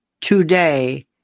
today